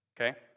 Okay